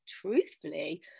truthfully